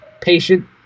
patient